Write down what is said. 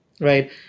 right